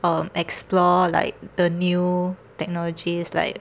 um explore like the new technologies like